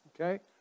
Okay